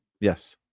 Yes